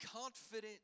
confident